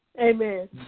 Amen